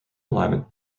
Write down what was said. alignment